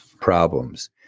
problems